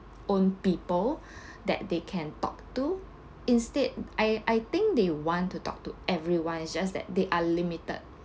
own people that they can talk to instead I I think they want to talk to everyone it's just that they are limited